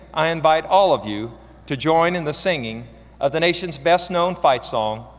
i invite all of you to join in the singing of the nation's best known fight song,